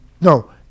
No